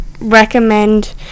recommend